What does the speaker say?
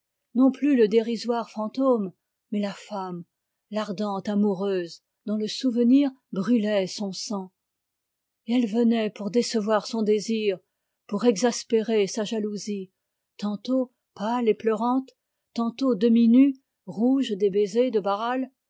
non plus le dérisoire fantôme mais la femme l'ardente amoureuse dont le souvenir brûlait son sang et elle venait pour décevoir son désir pour exaspérer sa jalousie tantôt pâle et pleurante tantôt demi-nue rouge des baisers de barral